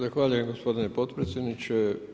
Zahvaljujem gospodine potpredsjedniče.